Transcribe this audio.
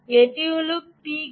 এটি হলেন Pgood